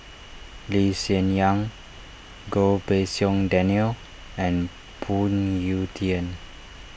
Lee Hsien Yang Goh Pei Siong Daniel and Phoon Yew Tien